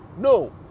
no